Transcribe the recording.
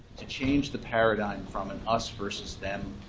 to change the paradigm from an us versus them,